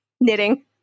knitting